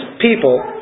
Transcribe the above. people